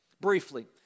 briefly